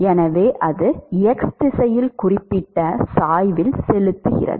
எனவே அது x திசையில் குறிப்பிட்ட சாய்வில் செலுத்துகிறது